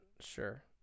sure